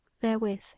Therewith